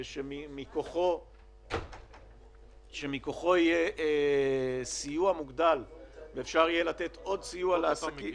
שמכוחו יהיה סיוע מוגדל כך שאפשר יהיה לתת עוד סיוע לעסקים,